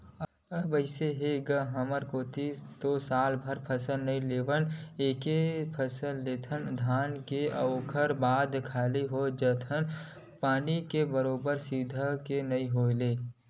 अब अइसे हे गा हमर कोती तो सालभर फसल नइ लेवन एके फसल लेथन धान के ओखर बाद खाली हो जाथन पानी के बरोबर सुबिधा के नइ होय ले